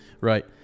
right